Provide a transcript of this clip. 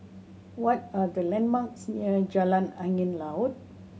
what are the landmarks near Jalan Angin Laut